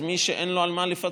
אז מי שאין לו על מה לפצות,